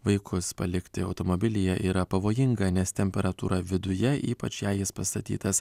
vaikus palikti automobilyje yra pavojinga nes temperatūra viduje ypač jei jis pastatytas